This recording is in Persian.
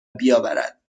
بیاورد